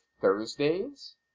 Thursdays